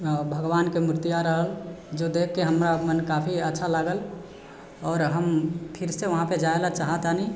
भगवान के मुर्तिया रहल जो देख के हमरा मन काफी अच्छा लागल आओर हम फिरसे वहाँपे जाए लए चाहै तानी